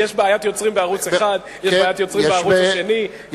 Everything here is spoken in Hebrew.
יש בעיית יוצרים בערוץ-1 ויש בעיית יוצרים בערוץ השני.